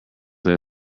list